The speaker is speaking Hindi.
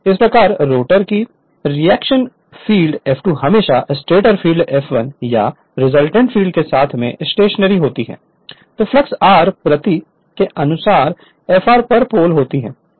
इस प्रकार रोटर की रिएक्शन फ़ील्ड F2 हमेशा स्टेटर फ़ील्ड F1 या रिजल्ट फ़ील्ड के संबंध में स्टेशनरी होती है जो फ्लक्स r प्रति के अनुसार Fr पर पोल होती है